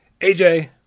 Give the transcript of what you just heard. AJ